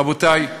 רבותי,